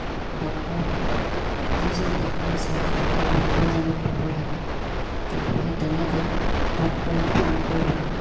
কি ডক্তৰক যিজন ডক্তৰে চাই থাকে সেই ডক্তৰজনক পাব লাগে কিন্তু সেই তেনেকৈ ডক্তৰে ফোন কৰিব